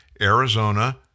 Arizona